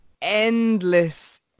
endless